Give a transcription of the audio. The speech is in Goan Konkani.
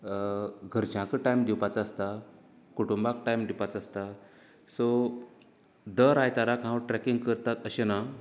घरच्यांकूय टायम दिवपाचो आसता कुटूंबाक टायम दिवपाचो आसता सो दर आयताराक हांव ट्रेकिंग करतां अशें ना